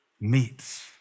meets